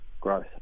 growth